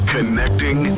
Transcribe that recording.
Connecting